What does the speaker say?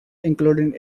including